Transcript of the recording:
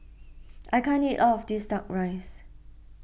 I can't eat all of this Duck Rice